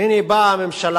והנה, באה הממשלה